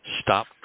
Stop